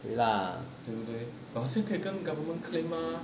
对啦